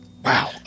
Wow